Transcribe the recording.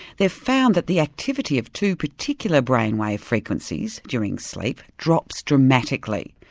they've found that the activity of two particular brain wave frequencies during sleep drops dramatically,